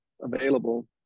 available